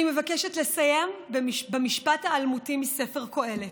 אני מבקשת לסיים במשפט האלמותי מספר קהלת: